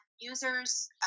users